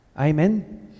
Amen